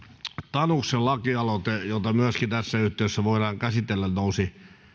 tanuksen lakialoite jota myöskin tässä yhteydessä voidaan käsitellä nousi